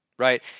Right